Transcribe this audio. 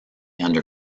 under